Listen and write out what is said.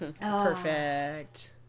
Perfect